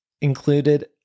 included